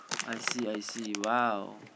I see I see !wow!